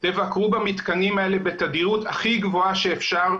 תבקרו במתקנים האלה בתדירות הכי גבוהה שאפשר,